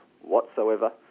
whatsoever